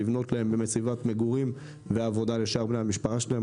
לבנות להם באמת סביבת מגורים ועבודה לשאר בני המשפחה שלהם,